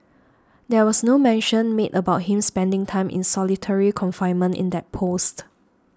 there was no mention made about him spending time in solitary confinement in that post